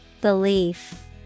Belief